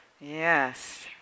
yes